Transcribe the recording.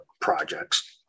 projects